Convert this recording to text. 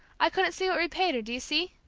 i couldn't see what repaid her, do you see?